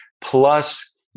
plus